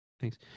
Thanks